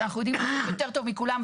שאנחנו יודעים לעשות יותר טוב מכולם,